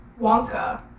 wonka